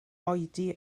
oedi